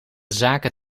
zaken